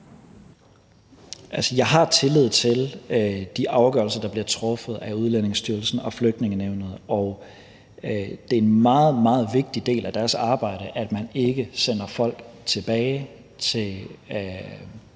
Jeg har tillid til de afgørelser, der bliver truffet af Udlændingestyrelsen og Flygtningenævnet, og det er en meget, meget vigtig del af deres arbejde, at man ikke sender folk tilbage til